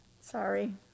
sorry